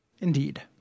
Indeed